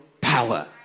power